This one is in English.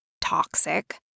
toxic